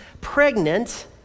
pregnant